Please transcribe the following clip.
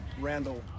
Randall